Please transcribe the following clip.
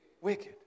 wicked